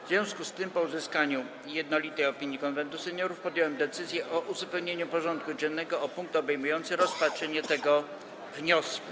W związku z tym, po uzyskaniu jednolitej opinii Konwentu Seniorów, podjąłem decyzję o uzupełnieniu porządku dziennego o punkt obejmujący rozpatrzenie tego wniosku.